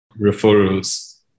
referrals